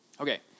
Okay